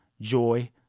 joy